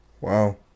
Wow